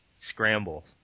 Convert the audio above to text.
scramble